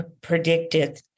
predicted